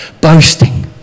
boasting